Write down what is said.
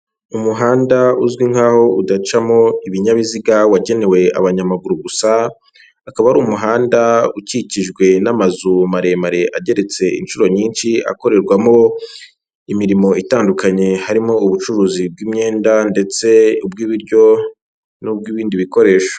Umuhanda uzwi nk'aho udacamo ibinyabiziga wagenewe abanyamaguru gusa, akaba ari umuhanda ukikijwe n'amazu maremare ageretse inshuro nyinshi akorerwamo imirimo itandukanye, harimo ubucuruzi bw'imyenda ndetse n'ubw'ibiryo n'ubw'ibindi bikoresho.